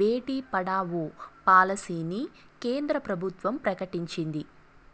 బేటీ పడావో పాలసీని కేంద్ర ప్రభుత్వం ప్రకటించింది